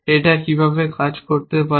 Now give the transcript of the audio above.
এটা কিভাবে কাজ করতে পারে